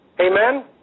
Amen